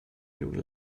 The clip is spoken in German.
minuten